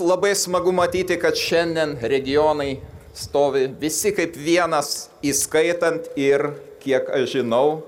labai smagu matyti kad šiandien regionai stovi visi kaip vienas įskaitant ir kiek aš žinau